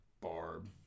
Barb